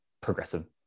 progressive